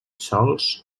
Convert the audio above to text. sols